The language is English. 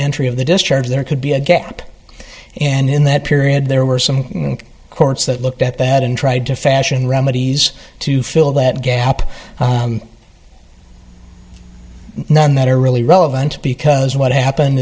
entry of the discharge there could be a gap and in that period there were some courts that looked at that and tried to fashion remedies to fill that gap none that are really relevant because what happened